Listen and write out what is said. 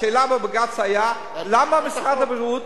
השאלה בבג"ץ היתה: למה משרד הבריאות,